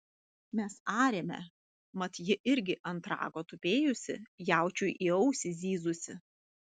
mes arėme mat ji irgi ant rago tupėjusi jaučiui į ausį zyzusi